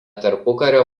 tarpukario